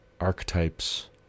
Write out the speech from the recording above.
archetypes